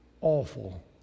awful